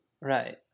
Right